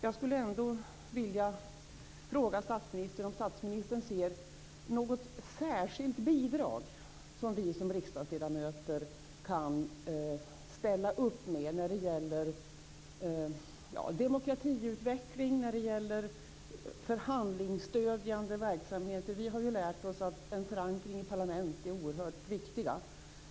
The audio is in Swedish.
Jag skulle ändå vilja fråga statsministern om han ser något särskilt bidrag som vi som riksdagsledamöter kan ställa upp med i demokratitutveckling, förhandlingsstödjande verksamhet. Vi har lärt oss att en förankring i parlamentet är oerhört viktig.